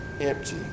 empty